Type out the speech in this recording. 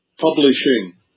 publishing